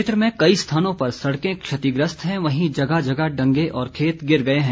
क्षेत्र में कई स्थानों पर सड़कें क्षतिग्रस्त हैं वहीं जगह जगह ड़गे और खेत गिर गए हैं